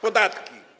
Podatki.